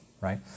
right